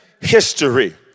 history